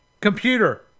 Computer